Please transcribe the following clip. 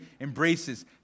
embraces